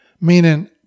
meaning